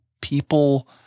people